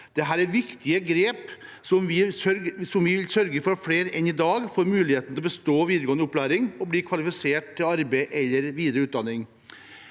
Dette er viktige grep som vil sørge for at flere enn i dag får muligheten til å bestå videregående opplæring og bli kvalifisert til arbeid eller videre utdanning.